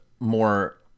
more